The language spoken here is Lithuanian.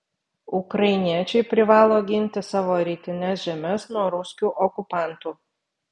ukrainiečiai privalo ginti savo rytines žemes nuo ruskių okupantų